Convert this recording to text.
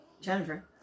Jennifer